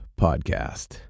Podcast